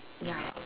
ya